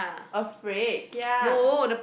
afraid kia